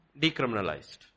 decriminalized